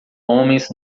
homens